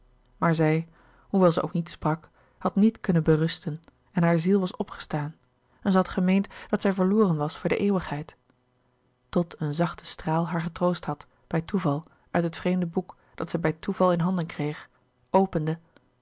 maar zij hoewel ze ook niet sprak had niet kunnen berusten en haar ziel was opgestaan en zij had gemeend dat zij verloren louis couperus de boeken der kleine zielen was voor de eeuwigheid tot een zachte straal haar getroost had bij toeval uit het vreemde boek dat zij bij toeval in handen kreeg opende